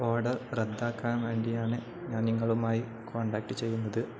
order റദ്ദാക്കാൻ വേണ്ടിയാണു ഞാൻ നിങ്ങളുമായി കോൺടാക്ട് ചെയ്യുന്നത്